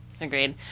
Agreed